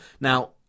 now